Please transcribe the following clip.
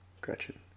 Gretchen